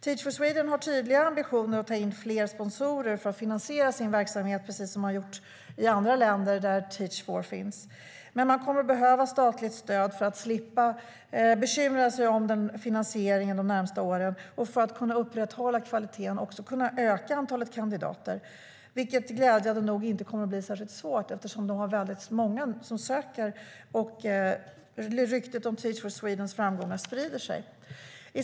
Teach for Sweden har tydliga ambitioner att ta in fler sponsorer för att finansiera sin verksamhet, precis som man gjort i andra länder där Teach for finns. Men man kommer att behöva statligt stöd för slippa bekymra sig för finansieringen de närmaste åren och för att kunna upprätthålla kvalitet och också kunna öka antalet kandidater. Det kommer glädjande nog inte att bli särskilt svårt eftersom de har väldigt många som söker, och ryktet om Teach for Swedens framgångar sprider sig.